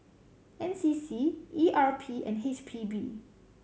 N C C E R P and H P B